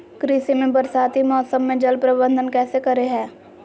कृषि में बरसाती मौसम में जल प्रबंधन कैसे करे हैय?